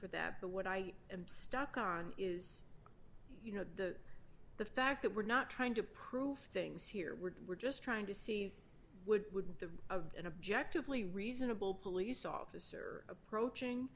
for that but what i am stuck on is you know the the fact that we're not trying to prove things here we're we're just trying to see would wouldn't of an objective lee reasonable police officer approaching